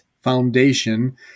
Foundation